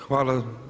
Hvala.